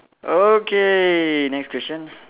okay next question